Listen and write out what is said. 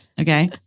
Okay